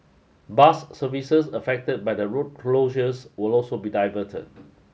bus services affected by the road closures will also be diverted